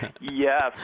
Yes